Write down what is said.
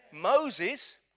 Moses